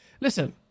Listen